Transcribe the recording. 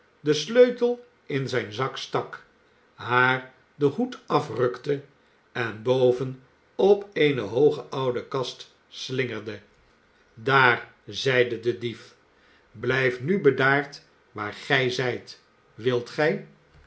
den sleutel in zijn zak stak haar den hoed afrukte en boven op eene hooge oude kast s inj gerde daar zeide de dief blijft nu bedaard waar gij zijt wilt gij